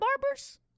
barbers